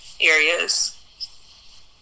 areas